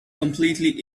completely